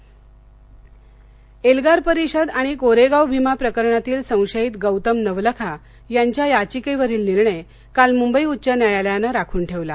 नवलखा एल्गार परिषद आणि कोरेगाव भीमा प्रकरणातील संशयित गौतम नवलखा यांच्या याचिकेवरील निर्णय काल मुंबई उच्च न्यायालयानं राखून ठेवला